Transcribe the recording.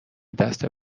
دست